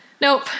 Nope